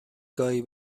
گاهی